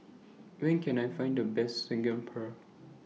Where Can I Find The Best Saag Paneer